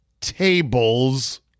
tables